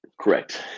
Correct